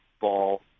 ball